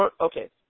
okay